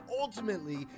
ultimately